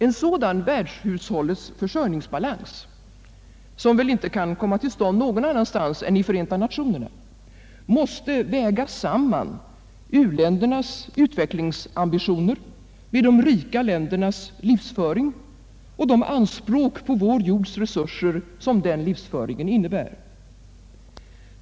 En sådan världshushållets försörjningsbalans, som väl inte kan komma till stånd någon annanstans än i Förenta nationerna, måste väga samman u-ländernas utvecklingsambitioner med de rika ländernas livsföring och de anspråk på vår jords resurser som den livsföringen innebär.